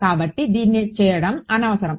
కాబట్టి దీన్ని చేయడం అనవసరం